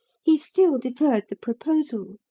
he still deferred the proposal.